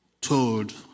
told